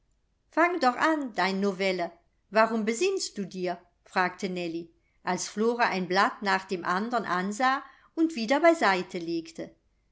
fang doch an dein novelle warum besinnst du dir fragte nellie als flora ein blatt nach dem andern ansah und wieder beiseite legte